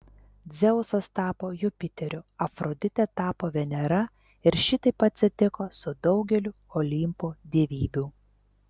dzeusas tapo jupiteriu afroditė tapo venera ir šitaip atsitiko su daugeliu olimpo dievybių